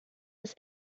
was